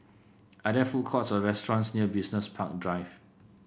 are there food courts or restaurants near Business Park Drive